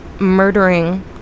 murdering